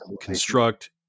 construct